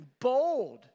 bold